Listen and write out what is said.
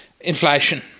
Inflation